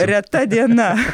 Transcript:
reta diena